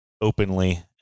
openly